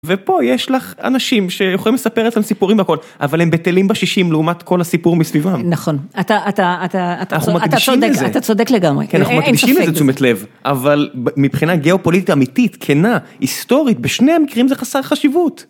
ופה יש לך אנשים שיכולים לספר את הסיפורים והכל, אבל הם בטלים בשישים לעומת כל הסיפור מסביבם. נכון, אתה צודק, אתה צודק, אנחנו מקדישים לזה, אתה צודק לגמרי. אנחנו מקדישים לזה תשומת לב, אבל מבחינה גאופוליטית אמיתית, כנה, היסטורית, בשני המקרים זה חסר חשיבות.